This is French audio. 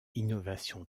innovation